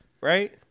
right